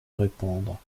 répandre